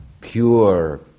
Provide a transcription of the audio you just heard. pure